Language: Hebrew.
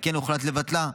ועל כן הוחלט לבטלה.